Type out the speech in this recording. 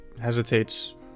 hesitates